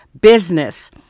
business